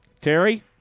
Terry